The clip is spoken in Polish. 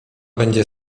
będzie